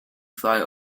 fly